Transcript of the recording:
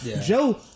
Joe